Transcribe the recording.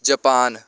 Japan